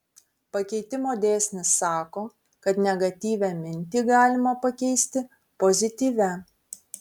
pakeitimo dėsnis sako kad negatyvią mintį galima pakeisti pozityvia